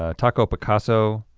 ah taco picasso,